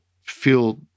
feel